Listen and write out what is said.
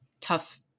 tough